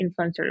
influencer